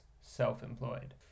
self-employed